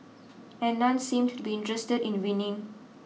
and none seemed to be interested in winning